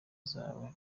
zawe